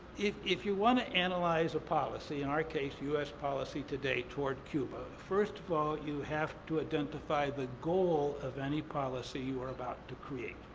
if if you wanna analyze a policy, in our case, u s. policy today toward cuba, first of all you have to identify the goal of any policy you are about to create.